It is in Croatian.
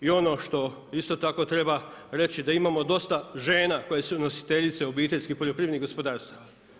I ono što isto tako treba reći da imamo dosta žena koje su nositeljice obiteljskih poljoprivrednih gospodarstava.